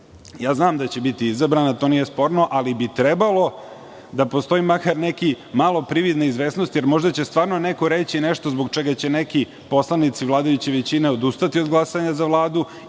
Znam da će biti izabrana, to nije sporno, ali bi trebalo da postoji makar malo prividne izvesnosti, jer možda će stvarno neko reći nešto zbog čega će neki poslanici vladajuće većine odustati od glasanja za Vladu